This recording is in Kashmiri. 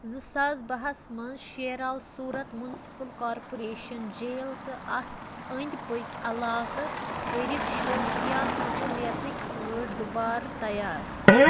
زٕساس باہس منٛز شیراو سورت میٛوٗنِسپُل کارپوریشن جیل تہٕ اتھ أنٛدۍ پٔکۍ علاقہٕ کٔرِکھ شوقیا سہولتٕکۍ پٲٹھۍ دُبارٕ تیار